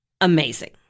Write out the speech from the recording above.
amazing